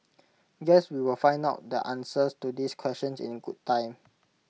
guess we will find out the answers to these questions in good time